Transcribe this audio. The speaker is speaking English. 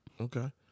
Okay